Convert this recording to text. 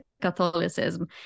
Catholicism